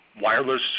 wireless